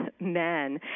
men